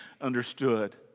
understood